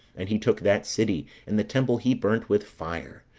and he took that city, and the temple he burnt with fire,